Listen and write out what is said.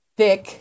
thick